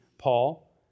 Paul